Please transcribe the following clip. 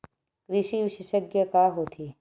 कृषि विशेषज्ञ का होथे?